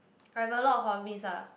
I have a lot of hobbies ah